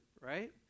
right